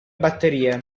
batterie